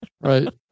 Right